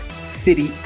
City